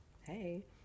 hey